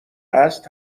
است